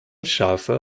schafe